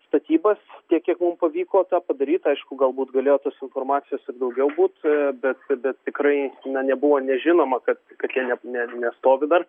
statybas tiek kiek mum pavyko tą padaryt aišku galbūt galėjo tos informacijos ir daugiau būt bet bet tikrai nebuvo nežinoma kad kad jie ne ne nestovi dar